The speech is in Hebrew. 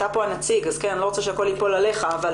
אתה פה הנציג ואני לא רוצה שהכל ייפול עליך אבל